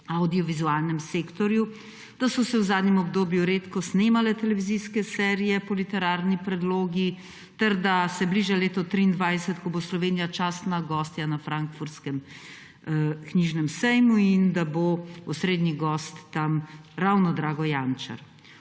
v avdiovizualnem sektorju, da so se v zadnjem obdobju redko snemale televizijske serije po literarni predlogi ter da se bliža leto 2023, ko bo Slovenija častna gostja na Frankfurtskem knjižnem sejmu, kjer bo osredni gost ravno Drago Jančar.